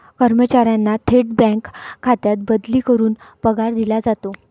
कर्मचाऱ्यांना थेट बँक खात्यात बदली करून पगार दिला जातो